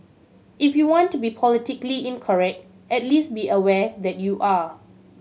if you want to be politically incorrect at least be aware that you are